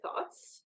thoughts